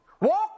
Walk